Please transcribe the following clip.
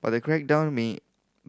but the crackdown may